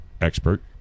expert